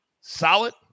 solid